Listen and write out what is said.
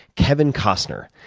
kevin costner.